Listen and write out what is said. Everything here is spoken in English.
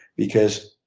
because